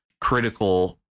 critical